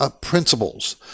principles